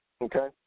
okay